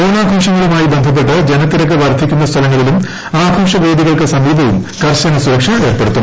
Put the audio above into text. ഓണാഘോഷങ്ങളുമായി ബന്ധപ്പെട്ട് ജനത്തിരക്ക് വർധിക്കുന്ന സ്ഥലങ്ങളിലും ആഘോഷവേദികൾക്കു സമീപവും കർശന സുരക്ഷ ഏർപ്പെടുത്തും